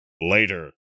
later